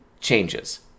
changes